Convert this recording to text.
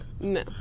no